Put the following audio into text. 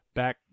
back